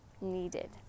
needed